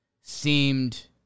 seemed